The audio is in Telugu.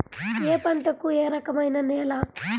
ఏ పంటకు ఏ రకమైన నేల?